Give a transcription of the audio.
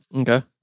Okay